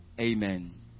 Amen